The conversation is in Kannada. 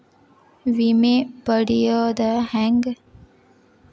ವಿಮೆ ಪಡಿಯೋದ ಹೆಂಗ್?